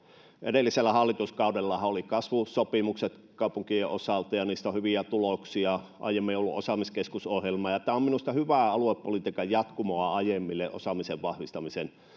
edellisellä hallituskaudellahan oli kasvusopimukset kaupunkien osalta ja niistä on hyviä tuloksia aiemmin on ollut osaamiskeskusohjelma tämä on minusta hyvää aluepolitiikan jatkumoa aiemmille osaamisen vahvistamisen